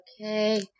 Okay